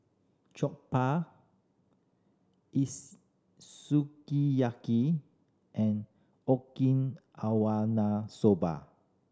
Jokbal Sukiyaki and soba